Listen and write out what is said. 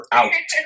out